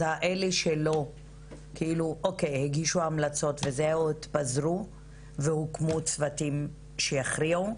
אז אלה שלא הגישו המלצות והתפזרו והוקמו צוותים שיכריעו?